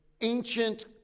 ancient